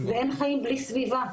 ואין חיים בלי סביבה,